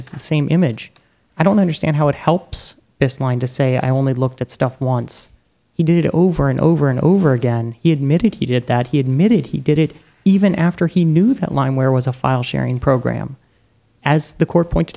it's the same image i don't understand how it helps this line to say i only looked at stuff once he did it over and over and over again he admitted he did that he admitted he did it even after he knew that line where was a file sharing program as the court pointed